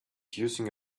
using